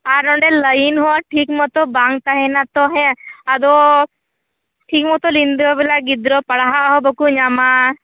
ᱟᱨ ᱱᱚᱸᱰᱮ ᱞᱟᱹᱭᱤᱱ ᱦᱚ ᱴᱷᱤᱠ ᱢᱚᱛᱚ ᱵᱟᱝ ᱛᱟᱦᱮᱱᱟ ᱛᱚ ᱦᱮᱸ ᱟᱫᱚ ᱴᱷᱤᱠ ᱢᱚᱛᱚ ᱧᱤᱫᱟᱹ ᱵᱮᱲᱟ ᱜᱤᱫᱽᱨᱟᱹ ᱯᱟᱲᱦᱟᱜ ᱦᱚ ᱵᱟᱠᱚ ᱧᱟᱢᱟ